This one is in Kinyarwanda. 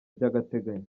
by’agateganyo